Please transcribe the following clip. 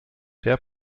der